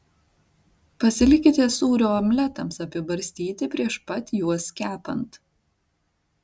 pasilikite sūrio omletams apibarstyti prieš pat juos kepant